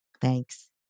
Thanks